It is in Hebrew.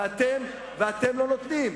ואתם לא נותנים,